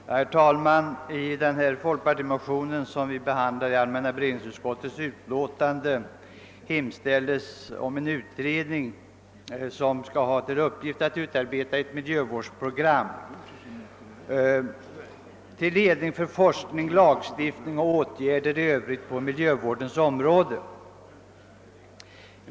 Herr talman! I den folkpartimotion som behandlas i allmänna beredningsutskottets utlåtande hemställes om en utredning som skall ha till uppgift att utarbeta ett miljövårdsprogram till ledning för forskning, lagstiftning och åtgärder i övrigt på miljövårdens område.